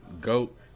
Goat